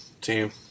team